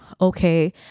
Okay